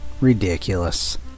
Ridiculous